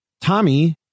Tommy